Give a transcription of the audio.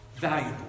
valuable